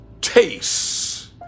taste